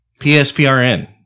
PSPRN